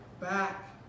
back